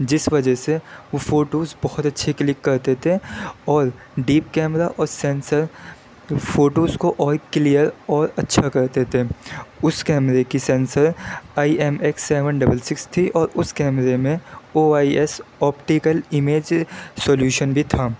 جس وجہ سے وہ فوٹوز بہت اچھے کلک کرتے تھے اور ڈیپ کیمرہ اور سینسر فوٹوز کو اور کلیئر اور اچھا کرتے تھے اس کیمرے کی sensor I M S seven double six تھی اور اس کیمرے میں O I S optical image solution بھی تھا